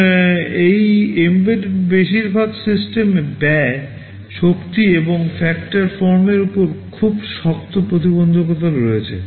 এবং এই এম্বেডেড বেশিরভাগ সিস্টেমে ব্যয় শক্তি এবং ফ্যাক্টর ফর্মের উপর খুব শক্ত প্রতিবন্ধকতা রয়েছে